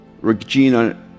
Regina